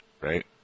right